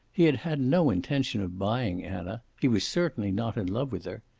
he had had no intention of buying anna. he was certainly not in love with her.